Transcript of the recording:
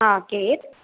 हा केर